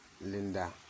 Linda